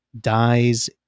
dies